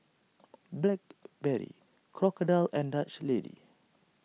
Blackberry Crocodile and Dutch Lady